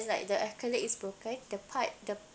it's like the acrylic is broken the part the